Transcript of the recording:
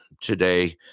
today